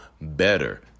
better